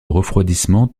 refroidissement